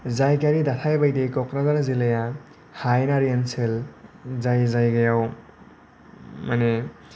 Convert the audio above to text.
जायगायारि दाथाय बायदियै क'क्राझार जिल्लाया हायेनारि ओनसोल जाय जायगायाव माने